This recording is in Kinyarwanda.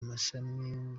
mashami